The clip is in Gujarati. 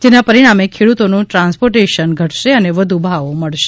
જેના પરિણામે ખેડૂતોનું ટ્રાન્સપોર્ટેશન ઘટશે અને વધુ ભાવો મળશે